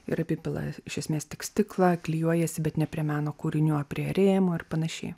ir apipila iš esmės tik stiklą klijuojasi bet ne prie meno kūrinių prie rėmo ir panašiai